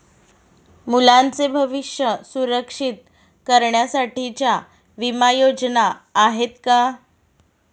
मुलांचे भविष्य सुरक्षित करण्यासाठीच्या विमा योजना आहेत का?